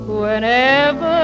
whenever